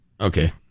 okay